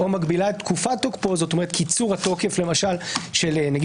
או מגבילה את תקופת תוקפו כלומר קיצור התוקף נגיד